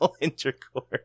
intercourse